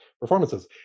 performances